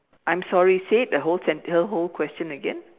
I'm sorry say it the whole sentence the whole question again